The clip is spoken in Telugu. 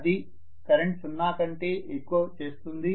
అది కరెంట్ సున్నా కంటే ఎక్కువ చేస్తుంది